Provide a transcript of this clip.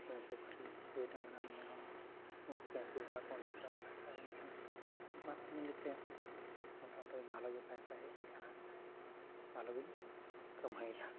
ᱥᱤᱢ ᱥᱩᱠᱨᱤ ᱜᱟᱹᱭ ᱰᱟᱝᱜᱽᱨᱟ ᱢᱮᱨᱚᱢ ᱩᱱᱠᱚ ᱠᱚᱧ ᱟᱹᱥᱩᱞ ᱟᱠᱟᱫ ᱠᱚᱣᱟ ᱚᱱᱛᱮ ᱠᱷᱚᱡᱦᱚᱸ ᱯᱚᱭᱥᱟ ᱦᱮᱡ ᱟᱹᱧ ᱠᱟᱱᱟ ᱵᱟᱱᱟᱨ ᱢᱤᱞᱮᱛᱮ ᱢᱚᱴᱟᱢᱩᱴᱤ ᱵᱷᱟᱞᱮᱜᱮ ᱯᱟᱭᱥᱟ ᱦᱮᱪᱟᱹᱧ ᱠᱟᱱᱟ ᱵᱷᱟᱞᱮᱜᱮᱧ ᱠᱟᱢᱟᱣᱫᱟ